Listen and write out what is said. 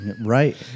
Right